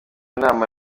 inama